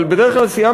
אבל בדרך כלל היא סיעה